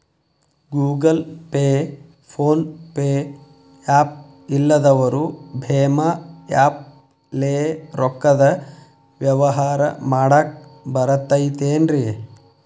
Google Pay, PhonePe app ಇಲ್ಲದವರು ಭೇಮಾ app ಲೇ ರೊಕ್ಕದ ವ್ಯವಹಾರ ಮಾಡಾಕ್ ಬರತೈತೇನ್ರೇ?